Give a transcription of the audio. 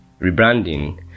rebranding